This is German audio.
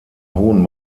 hohen